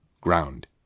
ground